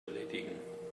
erledigen